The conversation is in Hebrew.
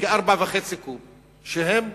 של כ-4.5 קוב, שהיא